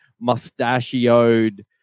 mustachioed